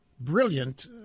brilliant